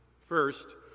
First